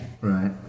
Right